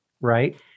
Right